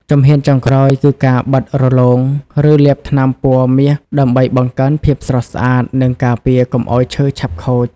ជំហានចុងក្រោយគឺការបិតរលោង ឬលាបថ្នាំពណ៌មាសដើម្បីបង្កើនភាពស្រស់ស្អាត និងការពារកុំឱ្យឈើឆាប់ខូច។